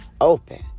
open